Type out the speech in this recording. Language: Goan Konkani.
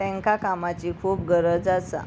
तांकां कामाची खूब गरज आसा